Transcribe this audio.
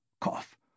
Cough